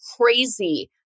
crazy